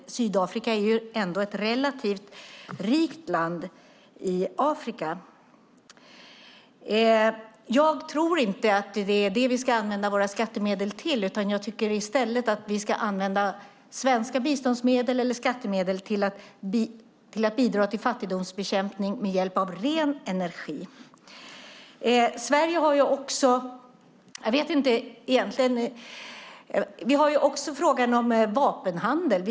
Sydafrika är ju ett relativt rikt land i Afrika. Jag tror inte att det är det vi ska använda våra skattemedel till. Jag tycker att vi i stället ska använda svenska biståndsmedel eller skattemedel till att bidra till fattigdomsbekämpning med hjälp av ren energi. Sedan har vi frågan om vapenhandeln.